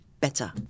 better